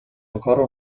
ancora